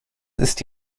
ist